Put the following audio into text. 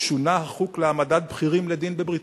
שונה החוק להעמדת בכירים לדין בבריטניה,